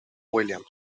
williams